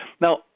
now